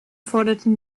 forderten